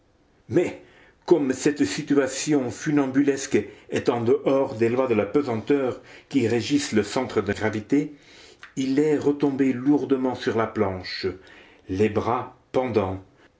mais comme cette situation funambulesque est en dehors des lois de la pesanteur qui régissent le centre de gravité il est retombé lourdement sur la planche les bras pendants